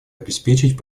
обеспечить